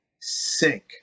sink